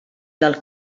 del